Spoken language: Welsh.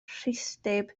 rhithdyb